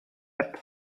app